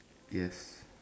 yes